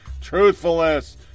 truthfulness